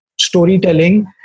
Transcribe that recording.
storytelling